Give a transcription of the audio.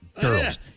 girls